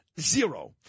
Zero